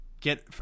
get